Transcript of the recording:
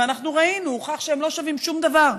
אנחנו ראינו: הוכח שהם לא שווים שום דבר,